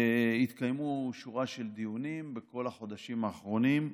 התקיימו שורה של דיונים בכל החודשים האחרונים,